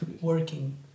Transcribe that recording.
Working